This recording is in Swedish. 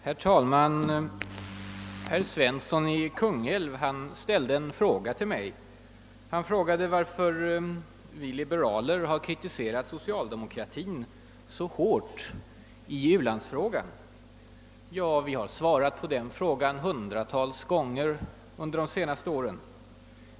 Herr talman! Herr Svensson i Kungälv ställde en fråga till mig. Han undrade varför vi liberaler har kritiserat socialdemokratin så hårt i u-landsfrågan. Ja, vi har svarat hundratals gånger på den frågan under de senaste åren.